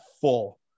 full